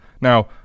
now